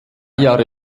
jahre